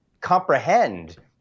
comprehend